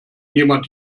jemand